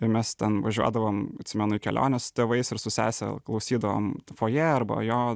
ir mes ten važiuodavom atsimenu į keliones su tėvais ir su sese klausydavom foje arba jo